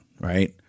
Right